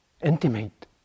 intimate